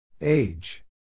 Age